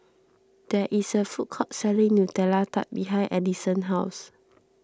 there is a food court selling Nutella Tart behind Addison's house